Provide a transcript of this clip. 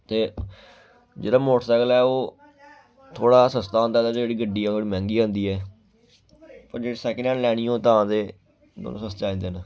ते जेह्ड़ा मोटरसैकल ऐ ओह् थोह्ड़ा सस्ता होंदा ते जेह्ड़ी गड्डी ऐ मैंह्गी आदी ऐ पर जेह्ड़ी सैकंड हैंड लैनी होऐ तां ते दौनो सस्ते आई जंदे न